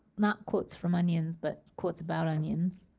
not quotes from onions, but quotes about onions.